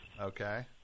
Okay